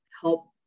help